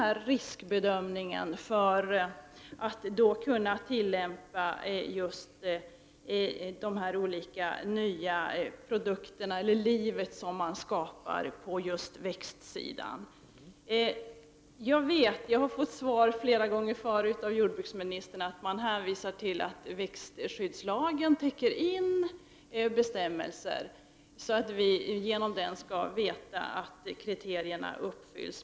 Hur skall vi veta att vi nu kan odla de här nya produkterna, det här nya livet som man skapar på växtsidan? Jag har flera gånger tidigare fått svar på det av jordbruksministern — han har då hänvisat till att växtskyddslagen genom sina bestämmelser täcker det och att vi på detta sätt kan veta att kriterierna uppfylls.